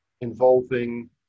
involving